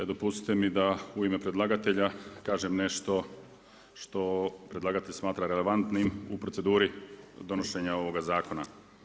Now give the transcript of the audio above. Dopustite mi da u ime predlagatelja kažem nešto što predlagatelj smatra relevantnim u proceduri donošenja ovoga zakona.